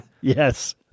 Yes